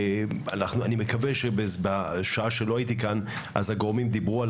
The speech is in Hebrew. אני מקווה שבשעה שלא הייתי כאן הגורמים דיברו על